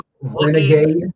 Renegade